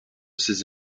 ses